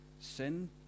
sin